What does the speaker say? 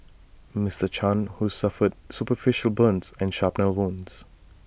Mister chan who suffered superficial burns and shrapnel wounds